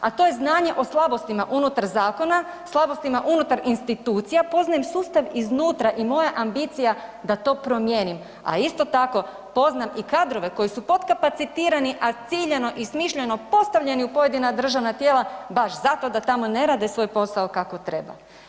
A to je znanje o slabostima unutar zakona, slabostima unutar institucija, poznajem sustav iznutra i moja je ambicija da to promijenim, a isto tako poznam i kadrove koji su potkapacitirani, a ciljano i smišljeno postavljeni u pojedina državna tijela baš zato da tamo ne rade svoj posao kako treba.